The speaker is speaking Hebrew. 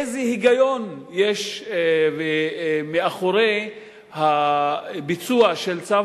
איזה היגיון יש מאחורי ביצוע של צו